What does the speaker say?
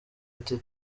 ati